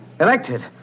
Elected